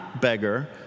beggar